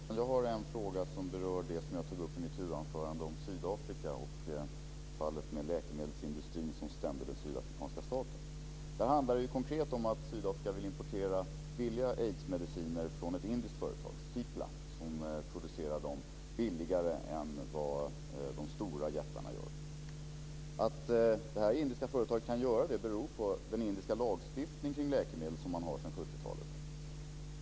Herr talman! Jag har en fråga som berör det som jag tog upp i mitt huvudanförande om Sydafrika och fallet med läkemedelsindustrin som stämde den sydafrikanska staten. Det handlar konkret om att Sydafrika vill importera billiga aidsmediciner från ett indiskt företag, Cipla, som producerar dem billigare än vad de stora jättarna gör. Att detta indiska företag kan göra det beror på den indiska lagstiftningen kring läkemedel, som man har sedan 70-talet.